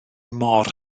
mor